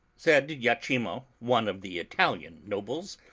said iachimoa one of the italian nobles.